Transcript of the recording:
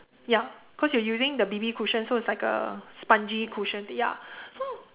ya cause you using the B_B cushion so it's like a spongy cushion thing ya so